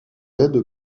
aide